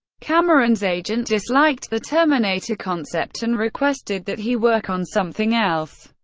cameron's agent disliked the terminator concept and requested that he work on something else.